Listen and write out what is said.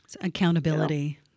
Accountability